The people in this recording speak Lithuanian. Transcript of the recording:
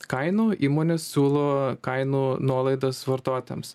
kainų įmonės siūlo kainų nuolaidas vartotojams